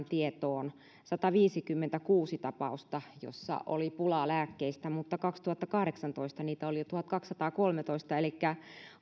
tietoon sataviisikymmentäkuusi tapausta joissa oli pulaa lääkkeistä mutta kaksituhattakahdeksantoista niitä oli jo tuhatkaksisataakolmetoista elikkä